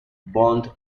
bond